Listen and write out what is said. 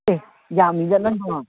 ꯑꯦ ꯌꯥꯝꯃꯤꯗ ꯅꯪꯗꯣ